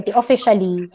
officially